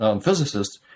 physicists